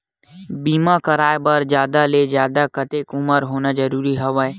बीमा कराय बर जादा ले जादा कतेक उमर होना जरूरी हवय?